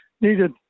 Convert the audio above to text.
needed